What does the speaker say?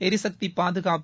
எரிசக்தி பாதுகாப்பு